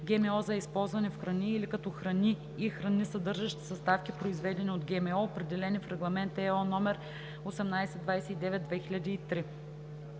ГМО за използване в храни или като храни и храни, съдържащи съставки, произведени от ГМО, определени в Регламент (ЕО) № 1829/2003.